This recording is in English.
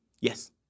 Yes